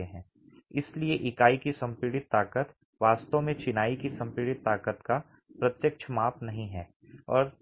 इसलिए इकाई की संपीड़ित ताकत वास्तव में चिनाई की संपीड़ित ताकत का प्रत्यक्ष माप नहीं है और